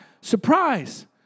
surprise